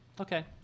okay